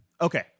Okay